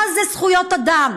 מה זה זכויות אדם?